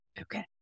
Okay